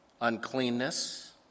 uncleanness